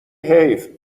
حیف